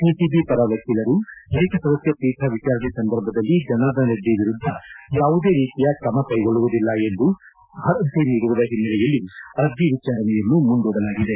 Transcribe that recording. CCB ಪರ ವಕೀಲರು ಏಕಸದಸ್ಯ ಪೀಠ ವಿಚಾರಣೆ ಸಂದರ್ಭದಲ್ಲಿ ಜನಾರ್ದನರೆಡ್ಡಿ ವಿರುದ್ದ ಯಾವುದೇ ರೀತಿಯ ತ್ರಮ ಕೈಗೊಳ್ಳುವುದಿಲ್ಲ ಎಂದು ಭರವಸೆ ನೀಡಿರುವ ಹಿನ್ನೆಲೆಯಲ್ಲಿ ಅರ್ಜಿ ವಿಚಾರಣೆಯನ್ನು ಮುಂದೂಡಲಾಗಿದೆ